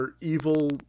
evil